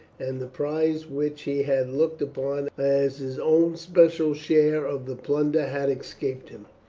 and the prize which he had looked upon as his own special share of the plunder had escaped him.